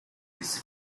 his